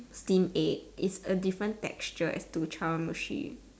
steam egg it's a different texture as to chawanmushi